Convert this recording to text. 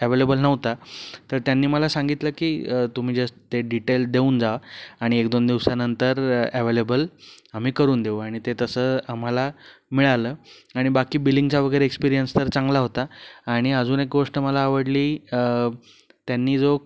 available नव्हता तर त्यांनी मला सांगितलं की तुम्ही जस्ट ते डिटेल देऊन जा आणि एक दोन दिवसानंतर ॲवेलेबल आम्ही करून देऊ आणि ते तसं आम्हाला मिळालं आणि बाकी बिलिंगचा वगैरे एक्सपिरियन्स तर चांगला होता आणि अजून एक गोष्ट मला आवडली त्यांनी जो